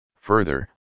Further